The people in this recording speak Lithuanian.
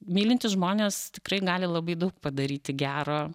mylintys žmonės tikrai gali labai daug padaryti gero